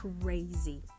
Crazy